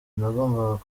sinagombaga